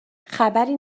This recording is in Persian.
خبری